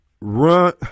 run